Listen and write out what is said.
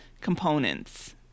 components